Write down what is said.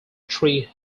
tree